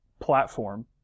platform